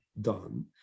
done